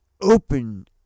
open